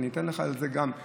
וגם אתן לך על זה אסמכתאות,